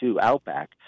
Outback